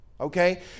Okay